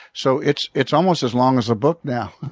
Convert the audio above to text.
so it's it's almost as long as the book, now.